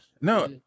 no